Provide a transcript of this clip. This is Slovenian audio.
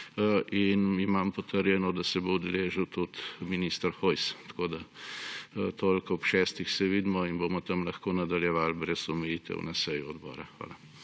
Imam potrjeno, da se bo udeležil tudi minister Hojs. Toliko. Ob šestih se vidimo in bomo tam lahko nadaljevali brez omejitev na seji odbora. Hvala.